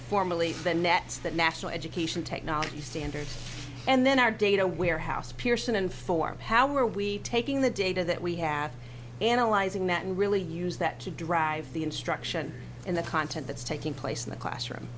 formally the nets the national education technology standards and then our data warehouse pearson inform how were we taking the data that we have analyzing that and really use that to drive the instruction in the content that's taking place in the classroom